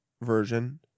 version